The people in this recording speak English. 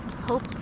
hope